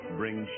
bring